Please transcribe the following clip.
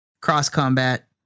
cross-combat